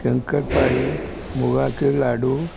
शंकर पाळी मुगांचे लाडू